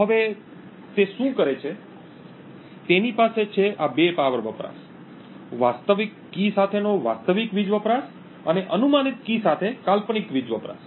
તો હવે તે શું કરે છે તેની પાસે છે આ બે પાવર વપરાશ વાસ્તવિક કી સાથેનો વાસ્તવિક વીજ વપરાશ અને અનુમાનિત કી સાથે કાલ્પનિક વીજ વપરાશ